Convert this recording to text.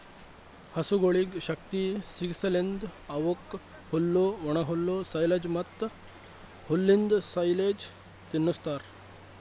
ಹಸುಗೊಳಿಗ್ ಶಕ್ತಿ ಸಿಗಸಲೆಂದ್ ಅವುಕ್ ಹುಲ್ಲು, ಒಣಹುಲ್ಲು, ಸೈಲೆಜ್ ಮತ್ತ್ ಹುಲ್ಲಿಂದ್ ಸೈಲೇಜ್ ತಿನುಸ್ತಾರ್